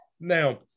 now